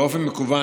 באופן מקוון,